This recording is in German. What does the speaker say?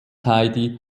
heidi